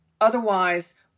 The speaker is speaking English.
Otherwise